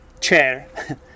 chair